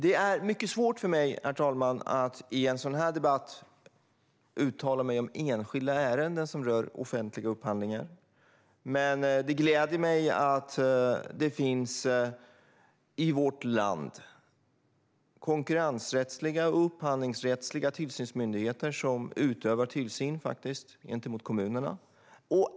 Det är mycket svårt för mig att i en sådan här debatt uttala mig enskilda ärenden som rör offentliga upphandlingar. Men det gläder mig att det i vårt land finns konkurrensrättsliga och upphandlingsrättsliga tillsynsmyndigheter som utövar tillsyn gentemot kommunerna.